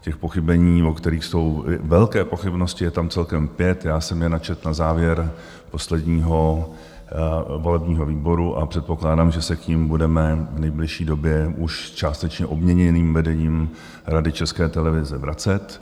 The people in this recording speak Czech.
Těch pochybení, o kterých jsou velké pochybnosti, je tam celkem pět, já jsem je načetl na závěr posledního volebního výboru a předpokládám, že se k nim budeme v nejbližší době už s částečně obměněným vedením Rady České televize vracet.